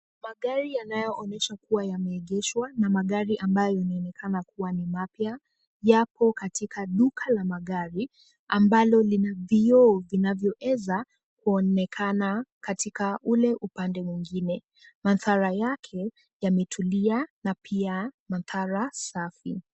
Magari yanayoonyesha kuwa yameegeshwa na magari ambayo yanaonekana kuwa ni mapya yapo katika duka la magari ambalo lina vioo vinavyoweza kuonekana katika ule upande mwingine. Mandhara yake yametulia na pia mandhara safi.